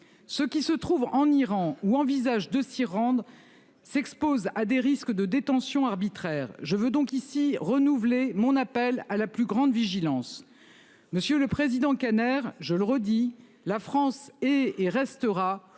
ce qui se trouve en Iran ou envisagent de s'y rendent s'expose à des risques de détention arbitraire. Je veux donc ici renouveler mon appel à la plus grande vigilance. Monsieur le Président. Je le redis, la France est et restera